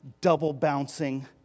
double-bouncing